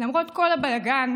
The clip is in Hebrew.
למרות כל הבלגן,